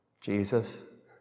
Jesus